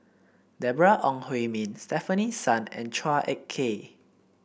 Deborah Ong Hui Min Stefanie Sun and Chua Ek Kay